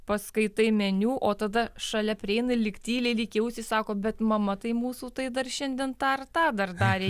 paskaitai meniu o tada šalia prieina lyg tyliai lyg į ausį sako bet mama tai mūsų tai dar šiandien tą ir tą dar darė